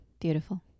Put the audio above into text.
beautiful